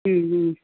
ഉം ഉം